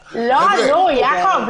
לא, יעקב.